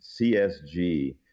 CSG